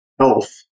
health